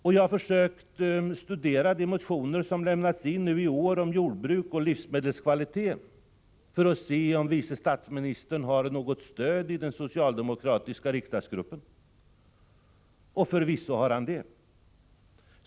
Jag har försökt studera de motioner som lämnats in nu i år om jordbruk och livsmedelskvalitet för att se om vice statsministern har något stöd i den socialdemokratiska riksdagsgruppen. Och förvisso har han det.